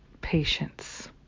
patience